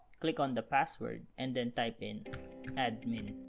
click on the password and then type in admin,